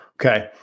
Okay